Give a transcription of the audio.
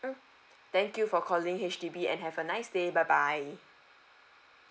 mm thank you for calling H_D_B and have a nice day bye bye